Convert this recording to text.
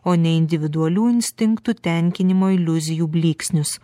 o ne individualių instinktų tenkinimo iliuzijų blyksnius